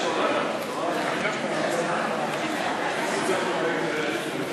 את הצעת חוק הגנת הצרכן (תיקון,